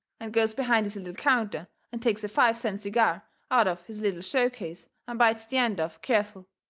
and goes behind his little counter and takes a five-cent cigar out of his little show case and bites the end off careful.